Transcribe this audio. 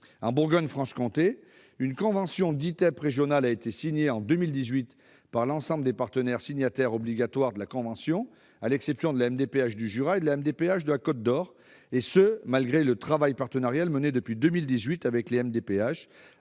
En Bourgogne-Franche-Comté, une convention DITEP régionale a été signée en 2018 par l'ensemble des partenaires signataires obligatoires de la convention, à l'exception de la MDPH du Jura et de la MDPH de la Côte-d'Or, et ce malgré le travail partenarial mené depuis 2018 avec les MDPH,